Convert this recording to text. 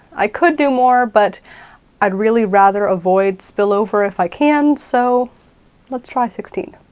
i could do more, but i'd really rather avoid spillover if i can, so let's try sixteen.